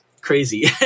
crazy